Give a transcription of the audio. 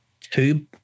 tube